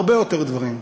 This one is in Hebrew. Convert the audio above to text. הרבה יותר דברים,